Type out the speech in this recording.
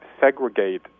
segregate